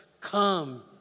Come